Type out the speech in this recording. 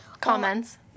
Comments